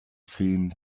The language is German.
film